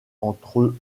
entre